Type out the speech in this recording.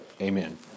Amen